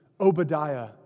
Obadiah